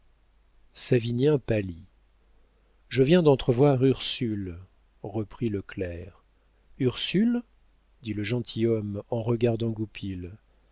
savinien pâlit je viens d'entrevoir ursule reprit le clerc ursule dit le gentilhomme en regardant